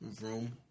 room